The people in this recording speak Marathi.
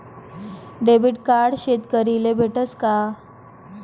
डेबिट कार्ड शेतकरीले भेटस का?